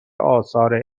آثار